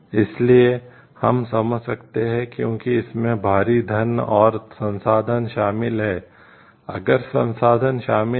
इसलिए हम समझ सकते हैं क्योंकि इसमें भारी धन और संसाधन शामिल हैं अगर संसाधन शामिल हैं